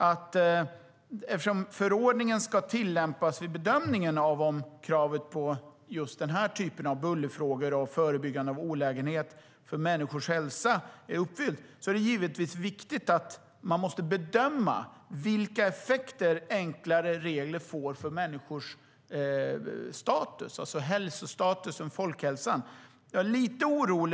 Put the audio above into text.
Eftersom förordningen ska tillämpas vid bedömningen av huruvida kravet på just den här typen av bullerfrågor och förebyggande av olägenhet för människors hälsa är uppfyllt är det viktigt att bedöma vilka effekter enklare regler får för människors hälsostatus, för folkhälsan.